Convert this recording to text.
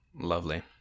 lovely